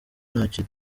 ntacyo